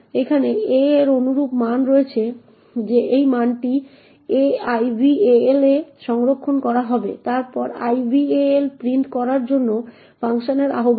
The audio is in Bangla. এখানে a এর অনুরূপ মান রয়েছে যে এই মানটি a ival এ সংরক্ষণ করা হবে তারপর ival প্রিন্ট করার জন্য ফাংশনের আহ্বান